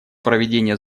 проведение